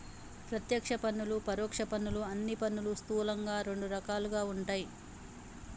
ప్రత్యక్ష పన్నులు, పరోక్ష పన్నులు అని పన్నులు స్థూలంగా రెండు రకాలుగా ఉంటయ్